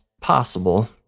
possible